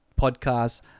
podcasts